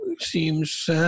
seems